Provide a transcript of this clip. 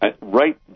right